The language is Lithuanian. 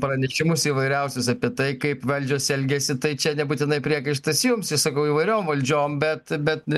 pranešimus įvairiausius apie tai kaip valdžios elgiasi tai čia nebūtinai priekaištas jums išsakau įvairiom valdžiom bet bet